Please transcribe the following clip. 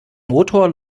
motor